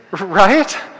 right